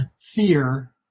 fear